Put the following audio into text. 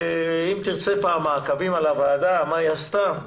אם תרצה פעם מעקבים על הוועדה ומה היא עשתה,